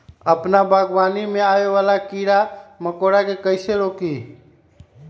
अपना बागवानी में आबे वाला किरा मकोरा के कईसे रोकी?